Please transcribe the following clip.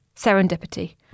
serendipity